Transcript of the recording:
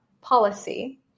policy